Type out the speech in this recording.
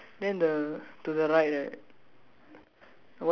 oh ya correct okay then the to the right right